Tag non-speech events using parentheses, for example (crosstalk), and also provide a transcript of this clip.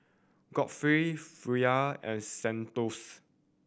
Godfrey (unintelligible) and Santos